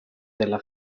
della